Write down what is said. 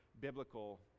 biblical